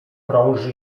krąży